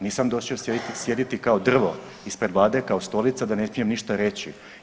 Nisam došao sjediti kao drvo ispred Vlade, kao stolica, da ne smijem ništa reći.